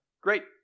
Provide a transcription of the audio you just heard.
Great